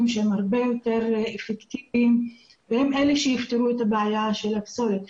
שהם הרבה יותר אפקטיביים והם אלה שיפתרו את הבעיה של הפסולת,